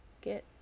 get